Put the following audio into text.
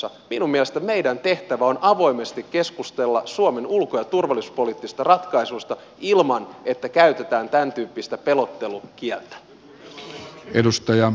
minun mielestäni meidän tehtävänämme on avoimesti keskustella suomen ulko ja turvallisuuspoliittisista ratkaisuista ilman että käytetään tämäntyyppistä pelottelukieltä